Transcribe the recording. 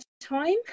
time